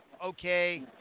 okay